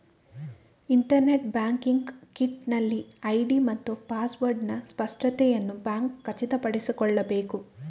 internet banking kit ನಲ್ಲಿರುವ ID ಮತ್ತು ಪಾಸ್ವರ್ಡಿನ ಸ್ಪಷ್ಟತೆಯನ್ನು ಬ್ಯಾಂಕ್ ಖಚಿತಪಡಿಸಿಕೊಳ್ಳಬೇಕು